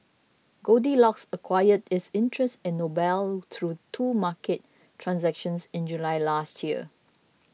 Goldilocks acquired its interest in Noble through two market transactions in July last year